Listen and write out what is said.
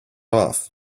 off